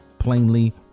plainly